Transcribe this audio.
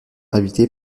habité